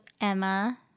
Emma